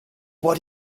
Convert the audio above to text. what